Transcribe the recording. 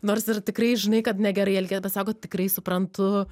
nors ir tikrai žinai kad negerai elgie bet sako tikrai suprantu